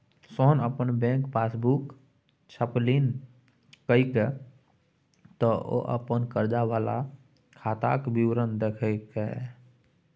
सोहन अपन bank passbook छपेलनि किएक तँ ओ अपन कर्जा वला खाताक विवरण देखि सकय